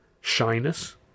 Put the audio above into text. Shyness